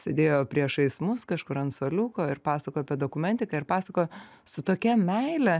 sėdėjo priešais mus kažkur ant suoliuko ir pasakojo apie dokumentiką ir pasakojo su tokia meile